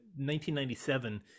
1997